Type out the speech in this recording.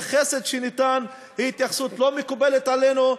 חסד שניתן היא התייחסות לא מקובלת עלינו,